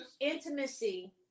intimacy